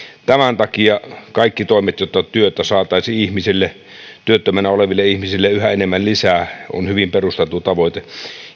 tämän takia kaikki toimet jotta työtä saataisiin työttöminä oleville ihmisille yhä enemmän lisää ovat hyvin perusteltu tavoite